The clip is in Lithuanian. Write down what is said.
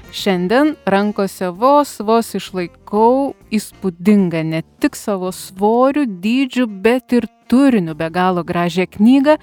šiandien rankose vos vos išlaikau įspūdingą ne tik savo svoriu dydžiu bet ir turiniu be galo gražią knygą